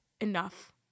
enough